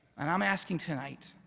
and i'm asking tonight,